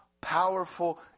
powerful